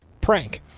Prank